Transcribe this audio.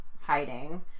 hiding